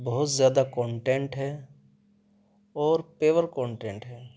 بہت زیادہ کانٹینٹ ہے اور پیور کانٹینٹ ہے